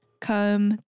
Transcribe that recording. come